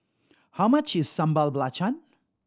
how much is Sambal Belacan